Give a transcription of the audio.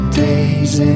days